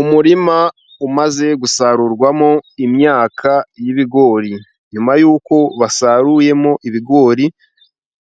Umurima umaze gusarurwamo imyaka y'ibigori, nyuma y'uko basaruyemo ibigori,